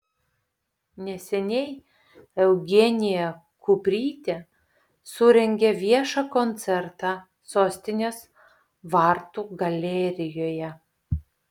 neseniai eugenija kuprytė surengė viešą koncertą sostinės vartų galerijoje